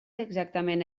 exactament